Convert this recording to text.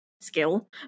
skill